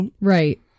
Right